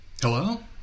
Hello